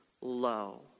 low